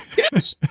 yes.